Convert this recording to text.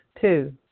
Two